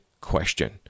question